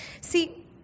See